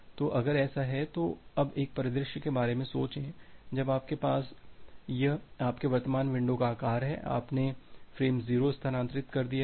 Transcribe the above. तो अगर ऐसा है तो अब एक परिदृश्य के बारे में सोचें जब आपके पास यह आपके वर्तमान विंडो का आकार है आपने फ़्रेम 0 स्थानांतरित कर दिया है